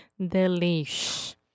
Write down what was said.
Delish